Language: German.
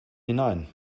hinein